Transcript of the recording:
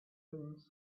things